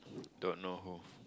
don't know who